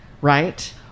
right